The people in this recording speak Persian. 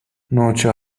نوچه